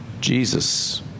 Jesus